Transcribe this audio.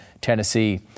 Tennessee